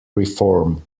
reform